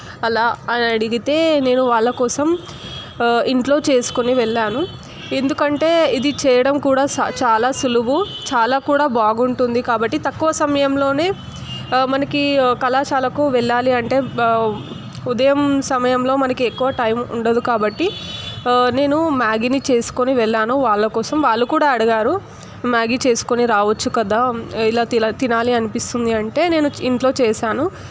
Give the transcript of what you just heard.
అలా అని అడిగితే నేను వాళ్ళ కోసం ఇంట్లో చేసుకొని వెళ్లాను ఎందుకంటే ఇది చేయడం కూడా స చాలా సులభం చాలా కూడా బాగుంటుంది కాబట్టి తక్కువ సమయంలోనే మనకి కళాశాలకు వెళ్ళాలి అంటే ఉదయం సమయంలో మనకు ఎక్కువ టైం ఉండదు కాబట్టి నేను మ్యాగీని చేసుకొని వెళ్లాను వాళ్ల కోసం వాళ్లు కూడా అడిగారు మ్యాగీ చేసుకుని రావచ్చు కదా ఇలా తి తినాలి అనిపిస్తుంది అంటే నేను ఇంట్లో చేశాను